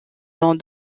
dans